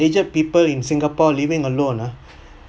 aged people in singapore living alone lah